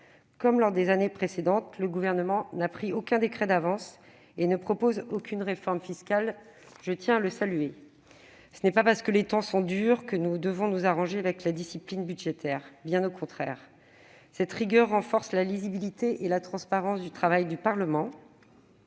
Comme lors des années précédentes, le Gouvernement n'a pris aucun décret d'avance et ne propose aucune réforme fiscale. Je tiens à le saluer, car ce n'est pas parce que les temps sont durs que nous devons nous arranger avec la discipline budgétaire, bien au contraire. Cette rigueur renforce la lisibilité et la transparence du travail du Parlement.